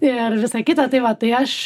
ir visą kitą tai va tai aš